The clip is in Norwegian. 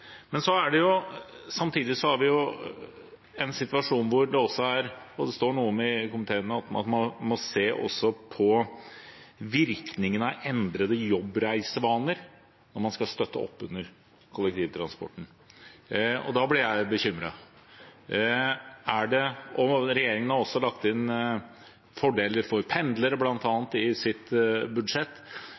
Samtidig har vi en situasjon hvor man – det står noe fra komiteen om det – må se også på virkningene av endrede jobbreisevaner når man skal støtte opp under kollektivtransporten. Da blir jeg bekymret. Regjeringen har også lagt inn bl.a. fordeler for pendlere i sitt budsjett.